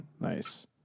Nice